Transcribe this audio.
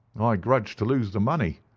i grudged to lose the money.